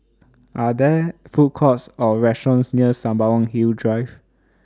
Are There Food Courts Or restaurants near Sembawang Hills Drive